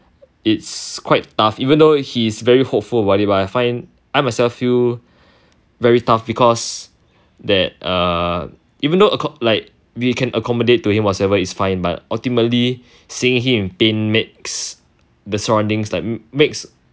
it's quite tough even though he is very hopeful about it I myself feel very tough because that uh even though acc~ like we can accommodate to him whatever it's fine but ultimately seeing him in pain makes the surroundings like makes